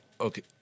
Okay